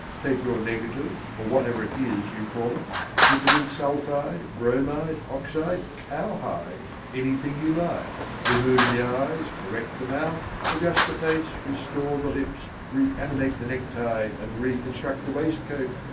take your negative, or whatever it is you call it dip it in sulphide, bromide, oxide, cowhide anything you like remove the eyes, correct the mouth, adjust the face, restore the lips, reanimate the necktie and reconstruct the waistcoat.